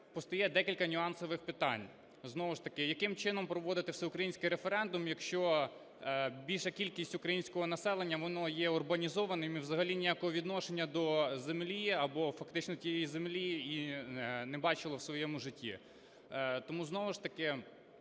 постає декілька нюансових питань. Знову ж таки яким чином проводити всеукраїнський референдум, якщо більша кількість українського населення, воно є урбанізованим і взагалі ніякого відношення до землі або, фактично, тієї землі і не бачило в своєму життя. Тому знову ж таки